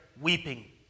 weeping